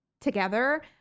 together